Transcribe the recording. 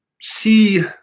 see